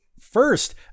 first